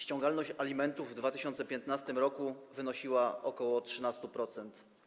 Ściągalność alimentów w 2015 r. wynosiła ok. 13%.